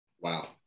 Wow